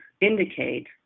indicate